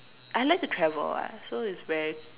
I like to travel [what] so it's very